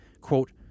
quote